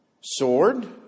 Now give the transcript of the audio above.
sword